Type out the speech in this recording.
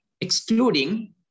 excluding